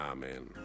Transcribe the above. Amen